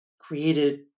created